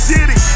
City